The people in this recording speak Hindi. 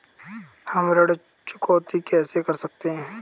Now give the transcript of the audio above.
हम ऋण चुकौती कैसे कर सकते हैं?